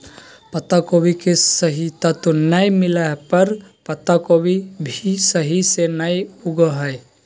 पत्तागोभी के सही तत्व नै मिलय पर पत्तागोभी सही से नय उगो हय